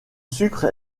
sucre